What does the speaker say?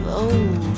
old